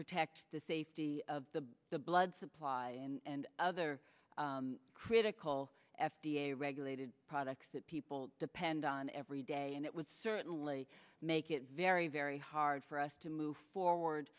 protect the safety of the the blood supply and other critical f d a regulated products that people depend on every day and it would certainly make it very very hard for us to move forward